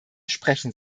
sprechen